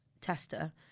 tester